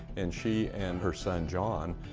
and she and her son, john,